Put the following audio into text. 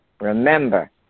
remember